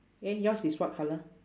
eh yours is what colour